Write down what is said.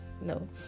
No